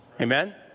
Amen